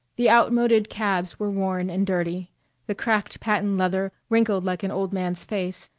the outmoded cabs were worn and dirty the cracked patent leather wrinkled like an old man's face,